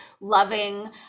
loving